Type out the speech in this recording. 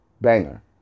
Banger